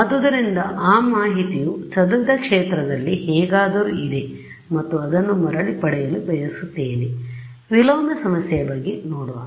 ಆದ್ದರಿಂದ ಆ ಮಾಹಿತಿಯು ಚದುರಿದ ಕ್ಷೇತ್ರದಲ್ಲಿ ಹೇಗಾದರೂ ಇದೆ ಮತ್ತು ಅದನ್ನು ಮರಳಿ ಪಡೆಯಲು ಬಯಸುತ್ತೇನೆ ವಿಲೋಮ ಸಮಸ್ಯೆ ಯ ಬಗ್ಗೆ ನೋಡುವ